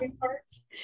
parts